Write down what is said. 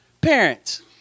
Parents